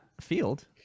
field